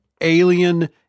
alien